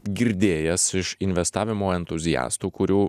girdėjęs iš investavimo entuziastų kurių